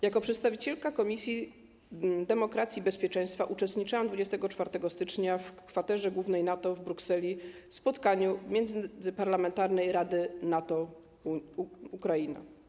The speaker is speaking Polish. Jako przedstawicielka Komisji Demokracji i Bezpieczeństwa uczestniczyłam 24 stycznia w Kwaterze Głównej NATO w Brukseli w spotkaniu Międzyparlamentarnej Rady NATO - Ukraina.